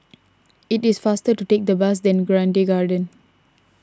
it is faster to take the bus than Grange Garden